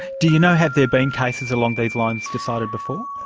do you know, have there been cases along these lines decided before?